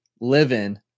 living